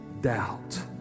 doubt